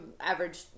average